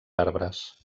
arbres